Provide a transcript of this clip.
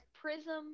Prism